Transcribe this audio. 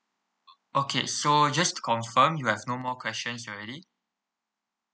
okay so just to confirm you have no more questions already